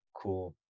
cool